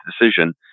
decision